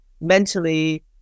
mentally